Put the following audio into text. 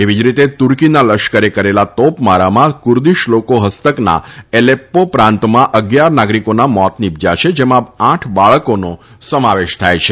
એવી જ રીતે તુર્કીના લશ્કરે કરેલા તોપમારામાં કુર્દીશ લોકો ફસ્તકના એલેપ્પો પ્રાંતમાં અગીયાર નાગરીકોના મોત નિપજયા છે જેમાં આઠ બાળકોનો સમાવેશ થાય છે